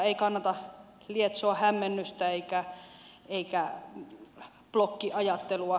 ei kannata lietsoa hämmennystä eikä blokkiajattelua